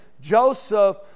Joseph